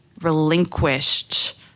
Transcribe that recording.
relinquished